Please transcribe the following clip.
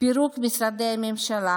פירוק משרדי הממשלה